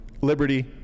liberty